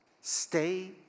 Stay